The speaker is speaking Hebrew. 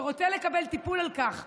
ורוצה לקבל טיפול על כך,